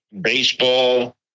Baseball